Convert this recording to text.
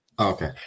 Okay